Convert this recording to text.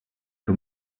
que